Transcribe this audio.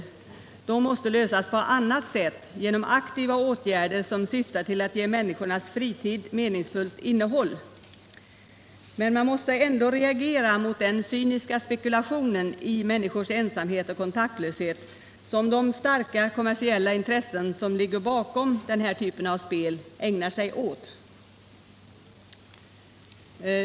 Problemen måste lösas på annat sätt, genom aktiva åtgärder som syftar till att ge människornas fritid meningsfullt innehåll. Men man måste ändå reagera mot den cyniska spekulationen i människors ensamhet och kontaktlöshet från de starka kommersiella intressen som ligger bakom den här typen av spel.